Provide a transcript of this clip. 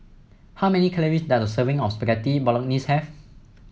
how many calories does a serving of Spaghetti Bolognese have